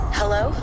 hello